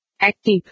Active